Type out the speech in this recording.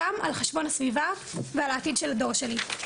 גם על חשבון הסביבה ועל העתיד של הדור שלי.